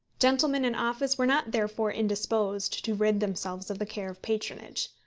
gentlemen in office were not therefore indisposed to rid themselves of the care of patronage.